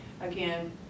Again